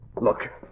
Look